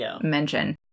mention